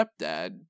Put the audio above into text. stepdad